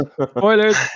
spoilers